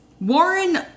Warren